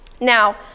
Now